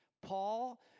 Paul